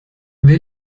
wer